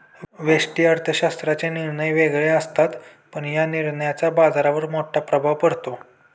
व्यष्टि अर्थशास्त्राचे निर्णय वेगळे असतात, पण या निर्णयांचा बाजारावर मोठा प्रभाव पडतो